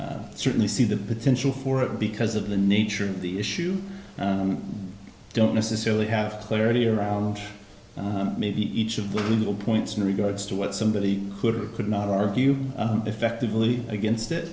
certainly see the potential for it because of the nature of the issue don't necessarily have clarity around maybe each of the little points in regards to what somebody could or could not argue effectively against it